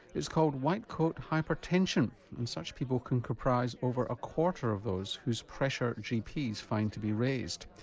it's called white coat hypertension and such people can comprise over a quarter of those whose pressure gps find to be raised.